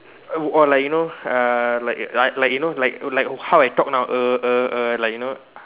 or like you know err like like you know like like how I talk now err err err like you know